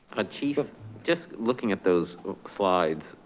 ah chief, ah just looking at those slides.